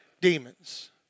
demons